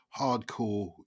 hardcore